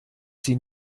sie